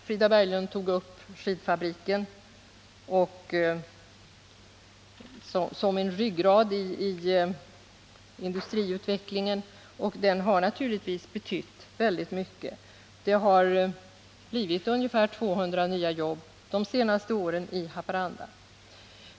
Frida Berglund tog upp skidfabriken som en ryggrad i utvecklingen, och den har naturligtvis betytt väldigt mycket. Det har blivit ungefär 200 nya jobb de senaste åren i Haparanda.